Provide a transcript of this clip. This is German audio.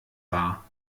war